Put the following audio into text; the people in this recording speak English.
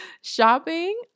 Shopping